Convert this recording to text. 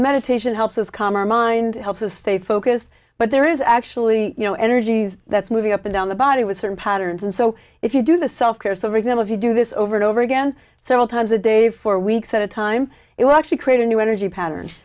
meditation helps us calm our mind helps us stay focused but there is actually you know energies that's moving up and down the body was certain patterns and so if you do the self care so for example if you do this over and over again several times a day for weeks at a time it will actually create a new energy pattern